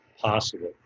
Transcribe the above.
possible